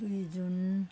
दुई जुन